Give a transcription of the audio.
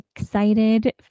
excited